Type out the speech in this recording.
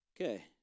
Okay